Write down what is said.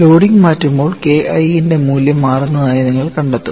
loading മാറ്റുമ്പോൾ K I ന്റെ മൂല്യം മാറുന്നതായി നിങ്ങൾ കണ്ടെത്തും